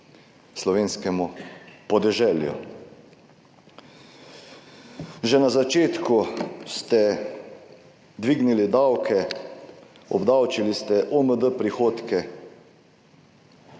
slovenskemu podeželju. Že na začetku ste dvignili davke. Obdavčili ste OMD prihodke.